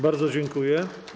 Bardzo dziękuję.